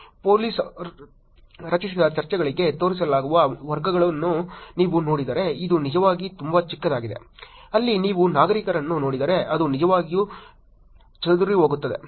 police ರಚಿಸಿದ ಚರ್ಚೆಗಳಿಗೆ ತೋರಿಸಲಾಗುವ ವರ್ಗಗಳನ್ನು ನೀವು ನೋಡಿದರೆ ಇದು ನಿಜವಾಗಿ ತುಂಬಾ ಚಿಕ್ಕದಾಗಿದೆ ಅಲ್ಲಿ ನೀವು ನಾಗರಿಕರನ್ನು ನೋಡಿದರೆ ಅದು ನಿಜವಾಗಿಯೂ ಚದುರಿಹೋಗುತ್ತದೆ